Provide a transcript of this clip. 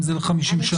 אם זה ל-50 שנה.